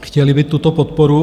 Chtěli by tuto podporu.